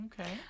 okay